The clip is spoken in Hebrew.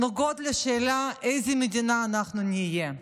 נוגעות לשאלה איזו מדינה אנחנו נהיה,